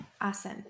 Awesome